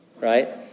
right